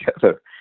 together